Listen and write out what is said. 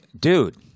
Dude